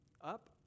up